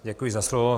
Děkuji za slovo.